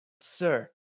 Sir